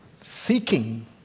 seeking